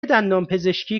دندانپزشکی